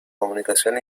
comunicación